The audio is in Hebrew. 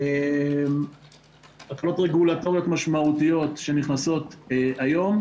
תקנות רגולטוריות משמעותיות שנכנסות היום.